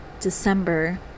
december